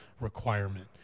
requirement